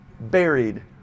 buried